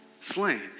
slain